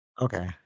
Okay